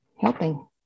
helping